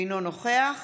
אינו נוכח